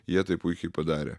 jie tai puikiai padarė